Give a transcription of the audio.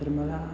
तर मला